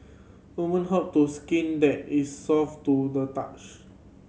women hope to skin that is soft to the touch